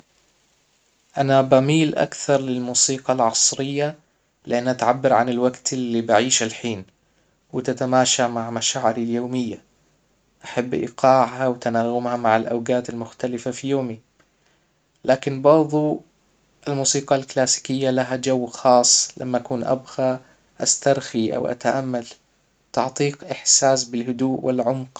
انا بميل اكثر للموسيقى العصرية لانها تعبر عن الوقت اللي بعيشه الحين وتتماشى مع مشاعري اليومية احب ايقاعها وتناغمها مع الاوجات المختلفة في يومي لكن برضو الموسيقى الكلاسيكية لها جو خاص لما ابغى استرخي او اتأمل تعطيك احساس بالهدوء والعمق